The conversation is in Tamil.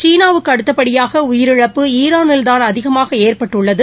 சீனாவுக்கு அடித்தபடியாக உயிரிழப்பு ஈரானில்தான் அதிகமாக ஏற்பட்டுள்ளது